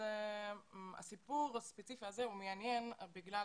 הסיפור הספציפי הזה הוא מעניין בגלל